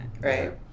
right